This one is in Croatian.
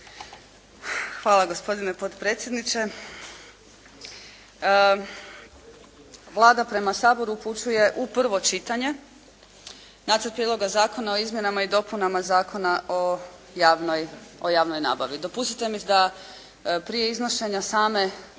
Hvala gospodine potpredsjedniče. Vlada prema Saboru upućuje u prvo čitanje Nacrt prijedloga zakona o izmjenama i dopunama Zakona o javnoj nabavi. Dopustite mi da prije iznošenja same,